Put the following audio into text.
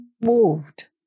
moved